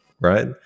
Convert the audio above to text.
right